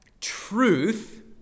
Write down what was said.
truth